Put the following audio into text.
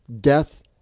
death